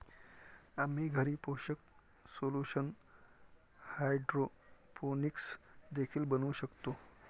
आम्ही घरी पोषक सोल्यूशन हायड्रोपोनिक्स देखील बनवू शकतो